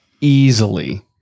easily